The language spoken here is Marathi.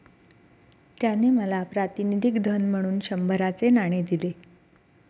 त्याने मला प्रातिनिधिक धन म्हणून शंभराचे नाणे दिले